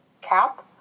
cap